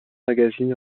magazines